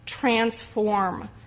transform